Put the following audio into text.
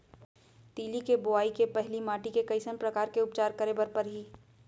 तिलि के बोआई के पहिली माटी के कइसन प्रकार के उपचार करे बर परही?